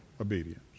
obedience